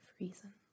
reason